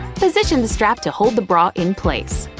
position the strap to hold the bra in place!